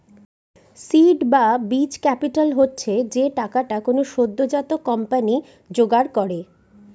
seed বা বীজ capital হচ্ছে যে টাকাটা কোনো সদ্যোজাত কোম্পানি জোগাড় করে